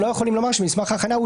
אנחנו לא יכולים לומר שמסמך הכנה הוא